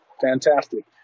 fantastic